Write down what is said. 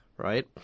Right